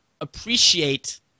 appreciate